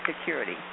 security